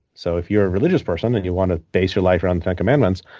so if you're a religious person, and you want to base your life around the ten commandments,